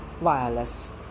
Wireless